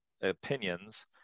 opinions